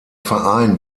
verein